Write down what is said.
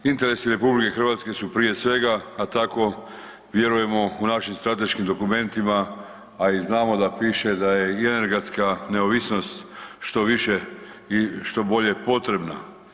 Interesi RH su prije svega, a tako vjerujemo u našim strateškim dokumentima, a i znamo da piše da je i energetska neovisnost što više i što bolje potrebna.